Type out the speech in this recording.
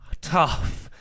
tough